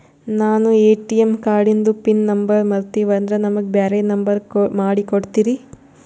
ನಾನು ಎ.ಟಿ.ಎಂ ಕಾರ್ಡಿಂದು PIN number ಮರತೀವಂದ್ರ ನಮಗ ಬ್ಯಾರೆ ನಂಬರ್ ಮಾಡಿ ಕೊಡ್ತೀರಿ?